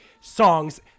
songs